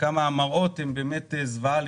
וכמה המראות הם זוועתיים,